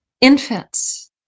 infants